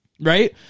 Right